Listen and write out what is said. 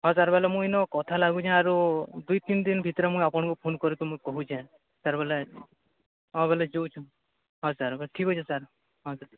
ହଁ ସାର୍ ବୋଇଲେ ମୁଁ ଇନୁ କଥା ଲାଗୁଛି ଆରୁ ଦୁଇ ତିନ୍ ଦିନ୍ ଭିତରେ ମୁଁ ଆପଣଙ୍କୁ ଫୋନ୍ କରିକି ମୁଁ କହୁଛେଁ ସାର୍ ବୋଲେ ହଁ ବୋଲେ ଯାଉଛୁ ଆଚ୍ଛା ଠିକ୍ ଅଛି ସାର୍ ହଁ ସାର୍